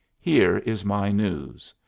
here is my news.